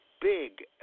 big